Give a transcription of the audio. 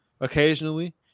occasionally